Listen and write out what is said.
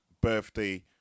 birthday